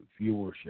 viewership